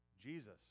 Jesus